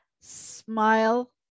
smile